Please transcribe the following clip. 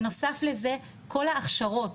בנוסף לזה כל ההכשרות,